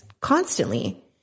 constantly